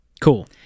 Cool